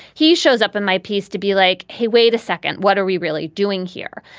he shows up in my piece to be like, hey, wait a second. what are we really doing here?